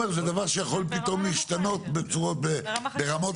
אם זה יכול להיות אבק מדברי, זה יכול להיות